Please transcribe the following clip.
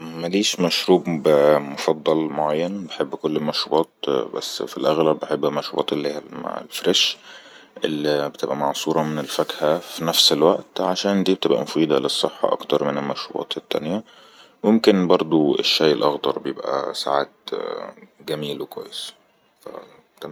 مليش مشروب مفضل معين بحب كل المشروبات بس في الأغلىب بحب المشروبات اللي الفرش اللي بتبقى معصورة من الفكهة في نفس الوقت عشان دي بتبقى مفيدة للصحة أكتر من المشروباطت التانية وممكن برضو الشاي الأخضر بيبقى سعات جميل وكويس فا تمم